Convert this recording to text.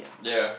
ya